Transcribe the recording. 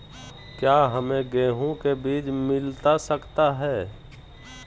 क्या हमे गेंहू के बीज मिलता सकता है?